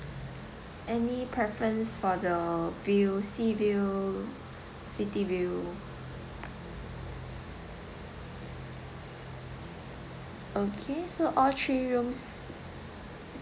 any preference for the view sea view city view okay so all three rooms